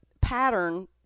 pattern